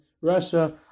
Russia